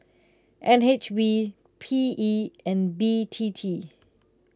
N H B P E and B T T